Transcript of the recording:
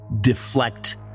deflect